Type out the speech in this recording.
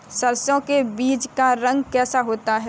सरसों के बीज का रंग कैसा होता है?